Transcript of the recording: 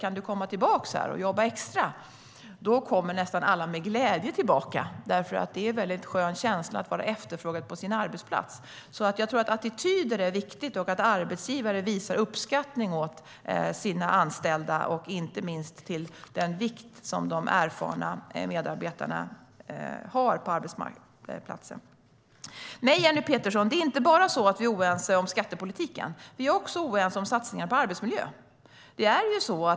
Kan du komma tillbaka och jobba extra? Då kommer nästan alla med glädje tillbaka därför att det är en mycket skön känsla att vara efterfrågad på sin arbetsplats. Jag tror alltså att attityder är viktiga och att det är viktigt att arbetsgivare visar uppskattning av sina anställda och inte minst när det gäller den vikt som de erfarna medarbetarna har på arbetsplatsen. Nej, Jenny Petersson, vi är inte oense bara om skattepolitiken. Vi är också oense om satsningarna på arbetsmiljön.